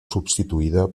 substituïda